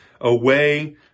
away